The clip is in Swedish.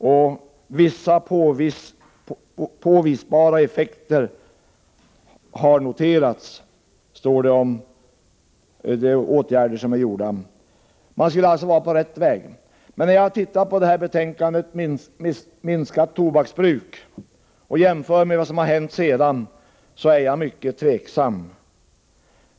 Med anledning av de åtgärder som har vidtagits står det att man har noterat påvisbara effekter. Om man jämför betänkandet Minskat tobaksbruk, SOU 1981:18, med vad som har hänt sedan dess tvivlar jag på detta.